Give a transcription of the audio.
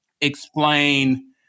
explain